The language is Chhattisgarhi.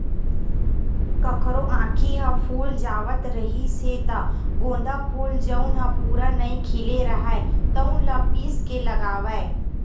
कखरो आँखी ह फूल जावत रिहिस हे त गोंदा फूल जउन ह पूरा नइ खिले राहय तउन ल पीस के लगावय